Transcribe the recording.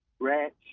ranch